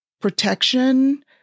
protection